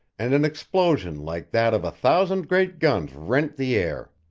and an explosion like that of a thousand great guns rent the air.